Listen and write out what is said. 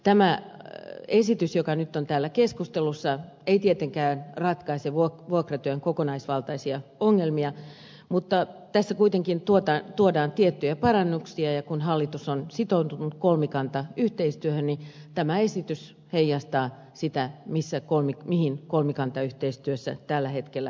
tämä esitys joka nyt on täällä keskustelussa ei tietenkään ratkaise vuokratyön kokonaisvaltaisia ongelmia mutta tässä kuitenkin tuodaan tiettyjä parannuksia ja kun hallitus on sitoutunut kolmikantayhteistyöhön niin tämä esitys heijastaa sitä mihin kolmikantayhteistyössä tällä hetkellä päästiin